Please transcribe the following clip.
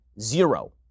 Zero